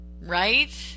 Right